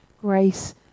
grace